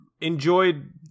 enjoyed